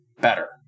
better